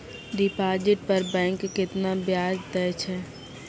Deposit पर bank केतना ब्याज दै छै?